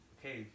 Okay